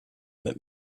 met